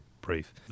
brief